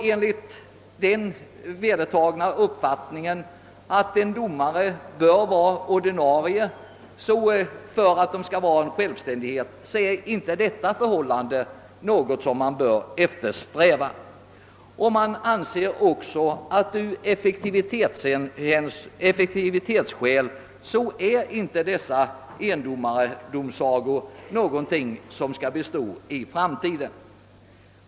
Enligt den vedertagna uppfattningen att en domare bör vara ordinarie för att kunna vara tillräckligt självständig är detta förhållande inte något att eftersträva. Det anses också att dessa endomardomsagor från effektivitetssynpunkt inte bör bestå i framtiden.